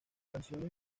canción